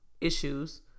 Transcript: issues